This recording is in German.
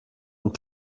und